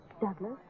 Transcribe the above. Douglas